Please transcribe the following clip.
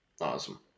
Awesome